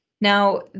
Now